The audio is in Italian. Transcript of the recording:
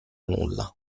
nulla